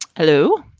hello.